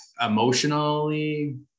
emotionally